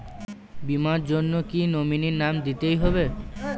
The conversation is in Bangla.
বীমার জন্য কি নমিনীর নাম দিতেই হবে?